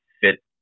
fit